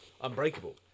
unbreakable